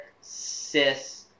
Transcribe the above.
cis